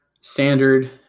Standard